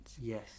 Yes